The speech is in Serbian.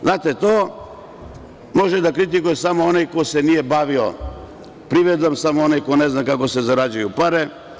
Znate, to može da kritikuje samo onaj ko se ne nije bavio privredom, samo onaj ko ne zna kako se zarađuju pare.